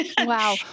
Wow